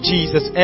Jesus